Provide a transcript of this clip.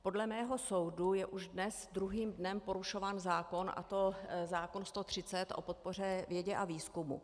Podle mého soudu je už dnes druhým dnem porušován zákon, a to zákon 130 o podpoře vědě a výzkumu.